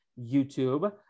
youtube